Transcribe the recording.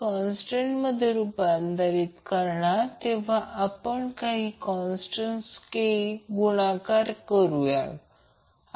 तर हे RL साठी आहे आणि त्याचप्रमाणे जर समीकरण 1 मधील RC साठी सोडवले तर RC √RL 2ω2 LC ω2 C 2 L C मिळेल